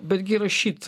betgi rašyt